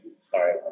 sorry